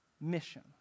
mission